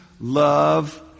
love